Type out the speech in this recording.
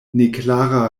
neklara